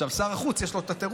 עכשיו, שר החוץ, יש לו את התירוץ.